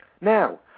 Now